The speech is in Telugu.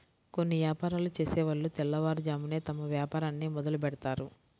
కొన్ని యాపారాలు చేసేవాళ్ళు తెల్లవారుజామునే తమ వ్యాపారాన్ని మొదలుబెడ్తారు